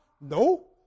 No